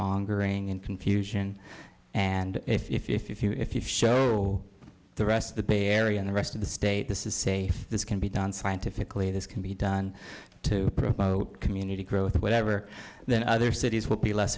mongering and confusion and if you if you show the rest of the bay area and the rest of the state this is say this can be done scientifically this can be done to promote community growth whatever than other cities would be less